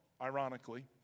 ironically